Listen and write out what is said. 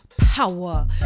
power